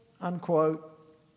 unquote